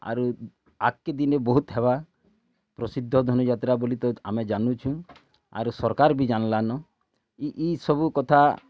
ଆରୁ ଆଗ୍କେ ଦିନେ ବହୁତ୍ ହେବା ପ୍ରସିଦ୍ଧ ଧନୁଯାତ୍ରା ବୋଲି ତ ଆମେ ଜାନୁଛୁଁ ଆରୁ ସରକାର୍ ବି ଜାନିଲା ନ ଇ ଇ ସବୁ କଥା